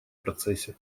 процессе